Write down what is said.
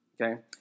okay